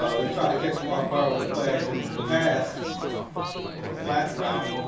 ah they tried to catch him off guard with a play action pass on a flat route.